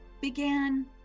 began